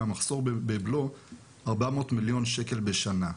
מהמחסור בבלו 400 מליון שקל בשנה,